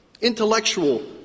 Intellectual